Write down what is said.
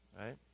Right